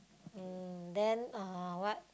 um then uh what